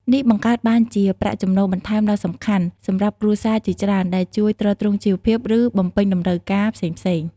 នេះបង្កើតបានជាប្រាក់ចំណូលបន្ថែមដ៏សំខាន់សម្រាប់គ្រួសារជាច្រើន ដែលជួយទ្រទ្រង់ជីវភាព ឬបំពេញតម្រូវការផ្សេងៗ។